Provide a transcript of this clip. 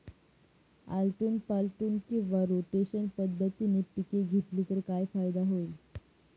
आलटून पालटून किंवा रोटेशन पद्धतीने पिके घेतली तर काय फायदा होईल?